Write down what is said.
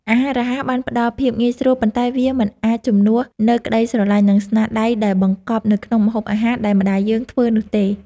អាហាររហ័សអាចផ្តល់ភាពងាយស្រួល ប៉ុន្តែវាមិនអាចជំនួសនូវក្តីស្រលាញ់ និងស្នាដៃដែលបង្កប់នៅក្នុងម្ហូបអាហារដែលម្តាយយើងធ្វើនោះទេ។